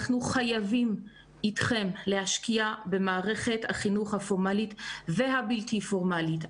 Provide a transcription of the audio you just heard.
אנחנו חייבים איתכם להשקיע במערכת החינוך הפורמלית והבלתי פורמלית.